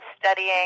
studying